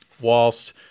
whilst